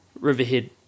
Riverhead